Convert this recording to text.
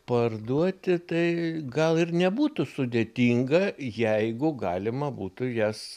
parduoti tai gal ir nebūtų sudėtinga jeigu galima būtų jas